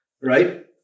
right